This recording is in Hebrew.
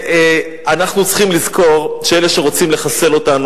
אנחנו צריכים לזכור שאלה שרוצים לחסל אותנו